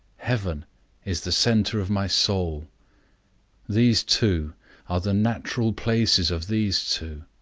heaven is the centre of my soul these two are the natural places of these two